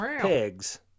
Pigs